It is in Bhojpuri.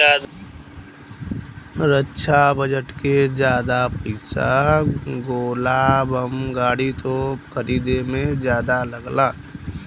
रक्षा बजट के जादा पइसा गोला बम गाड़ी, तोप खरीदे में जादा लगला